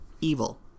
evil